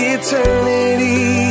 eternity